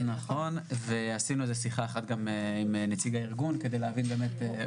עשינו שיחה אחת גם עם רועי כהן,